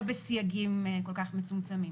לא בסייגים כל כך מצומצמים.